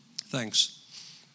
Thanks